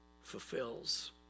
Fulfills